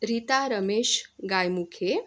Rita Ramesh Gaymukhe